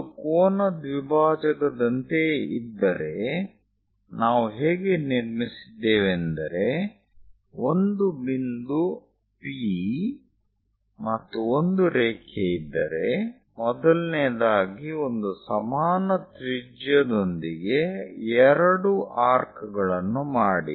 ಅದು ಕೋನ ದ್ವಿಭಾಜಕದಂತೆಯೇ ಇದ್ದರೆ ನಾವು ಹೇಗೆ ನಿರ್ಮಿಸಿದ್ದೇವೆ ಎಂದರೆ ಒಂದು ಬಿಂದು P ಮತ್ತು ಒಂದು ರೇಖೆ ಇದ್ದರೆ ಮೊದಲನೆಯದಾಗಿ ಒಂದು ಸಮಾನ ತ್ರಿಜ್ಯದೊಂದಿಗೆ ಎರಡು ಆರ್ಕ್ ಗಳನ್ನು ಮಾಡಿ